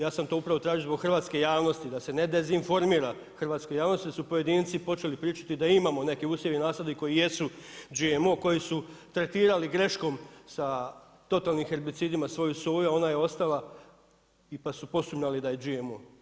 Ja sam to upravo tražio zbog hrvatske javnosti, da se ne dezinformira hrvatsku javnost jer su pojedinci počeli pričati da imamo neke usjeve i nasade koji jesu GMO, koje su tretirali greškom sa totalnim herbicidima svoju soju, a ona je ostala pa su posumnjali da je GMO.